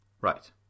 right